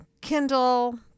Kindle